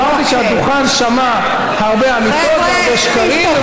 אמרתי שהדוכן שמע הרבה אמיתות והרבה שקרים,